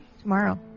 Tomorrow